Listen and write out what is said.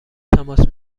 تماس